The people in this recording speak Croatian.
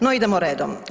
No idemo redom.